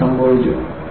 അത് സംഭവിച്ചു